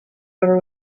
over